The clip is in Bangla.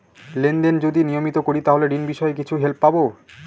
লেন দেন যদি নিয়মিত করি তাহলে ঋণ বিষয়ে কিছু হেল্প পাবো?